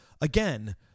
again